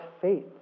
faith